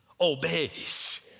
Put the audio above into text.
obeys